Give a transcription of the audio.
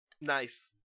Nice